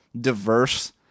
diverse